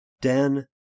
Dan